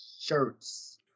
Shirts